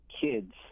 kids